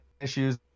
issues